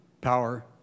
power